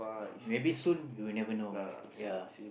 maybe soon you'll never know why ya